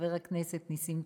חבר הכנסת נסים,